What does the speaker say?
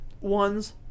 ones